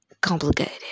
complicated